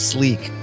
Sleek